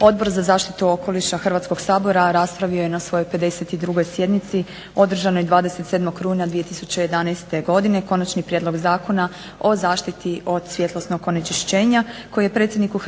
Odbor za zaštitu okoliša Hrvatskog sabora raspravio je na svojoj 52. sjednici održanoj 27. rujna 2011. godine Konačni prijedlog Zakona o zaštiti od svjetlosnog onečišćenja, koji je predsjedniku Hrvatskog sabora